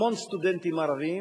המון סטודנטים ערבים,